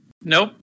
Nope